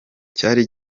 cyari